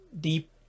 Deep